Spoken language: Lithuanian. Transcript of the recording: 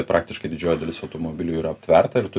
praktiškai didžioji dalis automobilių yra aptverta ir tu